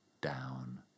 down